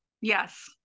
Yes